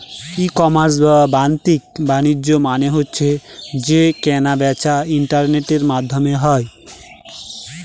ই commerce বা বাদ্দিক বাণিজ্য মানে হচ্ছে যে কেনা বেচা ইন্টারনেটের মাধ্যমে হয়